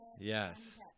Yes